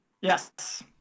Yes